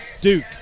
duke